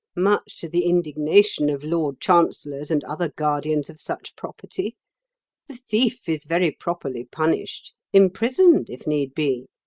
much to the indignation of lord chancellors and other guardians of such property the thief is very properly punished imprisoned, if need be.